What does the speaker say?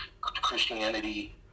Christianity